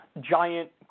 giant